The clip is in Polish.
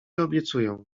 obiecuję